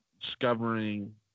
discovering